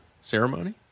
Ceremony